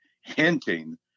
hinting